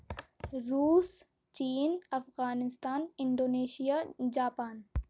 روس چین Afghanistan Indonesia Japan